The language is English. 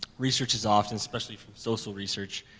research is often, especially from social research,